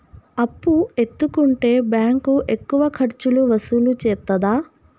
అప్పు ఎత్తుకుంటే బ్యాంకు ఎక్కువ ఖర్చులు వసూలు చేత్తదా?